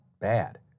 bad